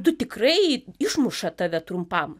tu tikrai išmuša tave trumpam